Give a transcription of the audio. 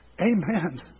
Amen